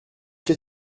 qu’a